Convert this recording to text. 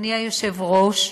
אדוני היושב-ראש,